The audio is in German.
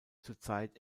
zurzeit